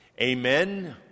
Amen